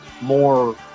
more